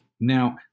Now